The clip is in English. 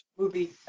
movie